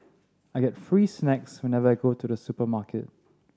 I get free snacks whenever I go to the supermarket